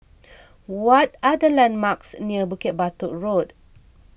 what are the landmarks near Bukit Batok Road